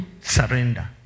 surrender